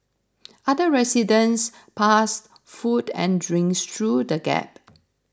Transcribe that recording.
other residents passed food and drinks through the gap